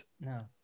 No